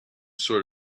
sort